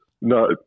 No